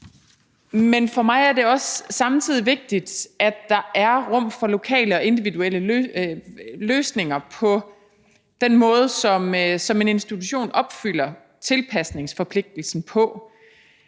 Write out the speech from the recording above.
men for mig er det samtidig også vigtigt, at der er rum for lokale og individuelle løsninger på den måde, som en institution opfylder tilpasningsforpligtelsen på.